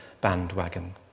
bandwagon